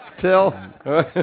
Till